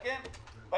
אף אחד לא יודע אם הוא